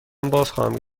بازخواهم